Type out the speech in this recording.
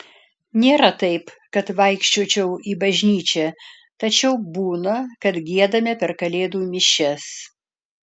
nėra taip kad vaikščiočiau į bažnyčią tačiau būna kad giedame per kalėdų mišias